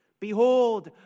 Behold